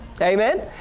Amen